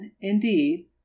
indeed